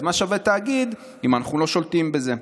אז מה שווה התאגיד אם אנחנו לא שולטים בזה?